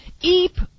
Eep